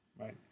right